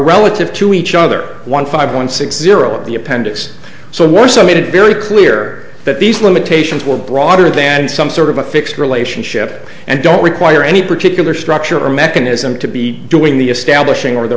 relative to each other one five one six zero or the appendix so once i made it very clear that these limitations were broader then some sort of a fixed relation ship and don't require any particular structure or mechanism to be doing the establishing or the